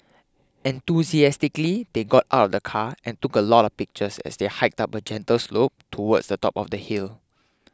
enthusiastically they got out of the car and took a lot of pictures as they hiked up a gentle slope towards the top of the hill